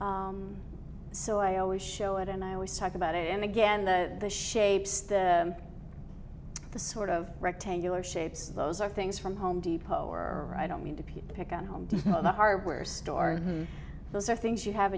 mile so i always show it and i always talk about it and again the shapes the the sort of rectangular shapes those are things from home depot or i don't mean to pick on home depot about hardware store those are things you have